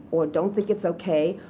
or don't think it's ok,